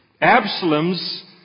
Absalom's